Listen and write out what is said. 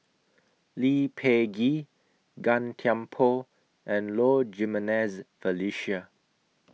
Lee Peh Gee Gan Thiam Poh and Low Jimenez Felicia